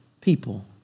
people